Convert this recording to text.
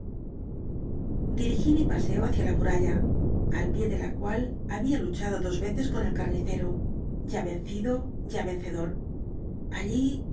dirigí mi t nseo hácía la muralla al pié de la cual había luchado dos yeces con el carnicero ya i'cncído ya vencedor allí